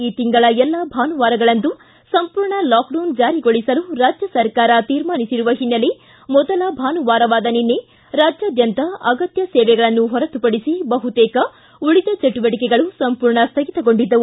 ಈ ತಿಂಗಳ ಎಲ್ಲಾ ಭಾನುವಾರಗಳಂದು ಸಂಪೂರ್ಣ ಲಾಕ್ಡೌನ್ ಜಾರಿಗೊಳಿಸಲು ರಾಜ್ಯ ಸರ್ಕಾರ ತೀರ್ಮಾನಿಸಿರುವ ಹಿನ್ನೆಲೆ ಮೊದಲ ಭಾನುವಾರವಾದ ನಿನ್ನೆ ರಾಜ್ವಾದ್ಯಂತ ಆಗತ್ಯ ಸೇವೆಗಳನ್ನು ಹೊರತುಪಡಿಸಿ ಬಹುತೇಕ ಉಳಿದ ಚಟುವಟಿಕೆಗಳು ಸಂಮೂರ್ಣ ಸ್ವಗಿತಗೊಂಡಿದ್ದವು